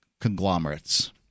conglomerates